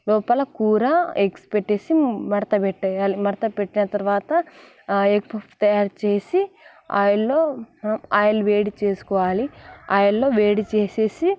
లోపల కూర ఎగ్స్ పెట్టేసి మడత పెట్టేయాలి మడత పెట్టిన తరువాత ఎగ్ పఫ్ తయారుచేసి ఆయిల్లో ఆయిల్ వేడి చేసుకోవాలి ఆయిల్లో వేడి చేసేసి